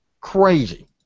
crazy